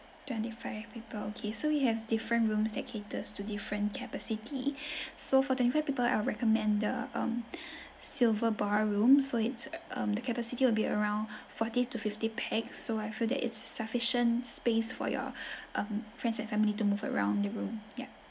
twenty five people okay so we have different rooms that caters to different capacity so for twenty five people I'll recommend the um silver bar room so it's um the capacity will be around forty to fifty pax so I feel that it's sufficient space for your um friends and family to move around the room yup